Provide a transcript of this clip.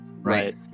right